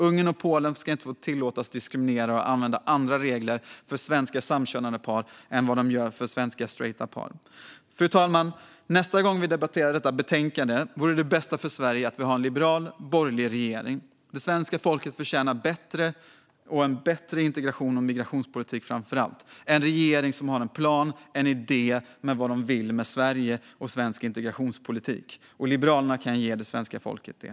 Ungern och Polen ska inte tillåtas att diskriminera och använda andra regler för svenska samkönade par än vad de gör för svenska straighta par. Fru talman! Nästa gång vi debatterar detta betänkande vore det bästa för Sverige att vi har en liberal borgerlig regering. Det svenska folket förtjänar bättre - framför allt en bättre integrations och migrationspolitik. Det svenska folket förtjänar en regering som har en plan och idé för vad man vill med Sverige och svensk integrationspolitik. Liberalerna kan ge det svenska folket det.